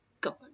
God